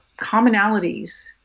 commonalities